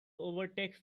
overtakes